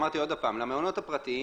אמרתי עוד הפעם, למעונות הפרטיים